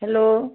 hello